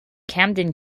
camden